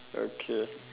okay